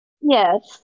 Yes